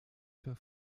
für